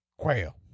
quail